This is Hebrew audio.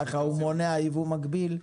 ככה הוא מונע ייבוא מקביל,